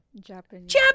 Japanese